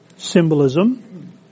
symbolism